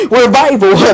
revival